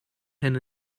hyn